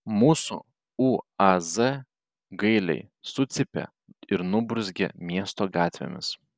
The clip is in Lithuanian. mūsų uaz gailiai sucypė ir nuburzgė miesto gatvėmis